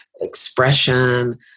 expression